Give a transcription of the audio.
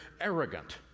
arrogant